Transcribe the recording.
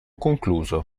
concluso